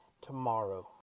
tomorrow